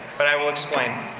but i will explain.